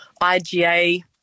IGA